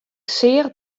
seach